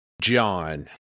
John